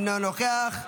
אינו נוכח,